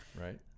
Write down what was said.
right